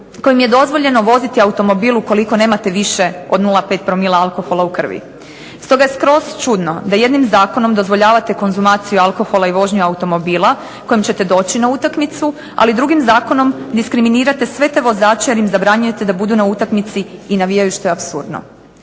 kojim je dozvoljeno voziti automobil ukoliko nemate više od 0,5 promila alkohola u krvi. Stoga skroz čudno da jednim zakonom dozvoljavate konzumaciju alkohola i vožnju automobila kojim ćete doći na utakmicu, ali drugim zakonom diskriminirate sve te vozače jer im zabranjujete da budu na utakmici i navijaju, što je apsurdno.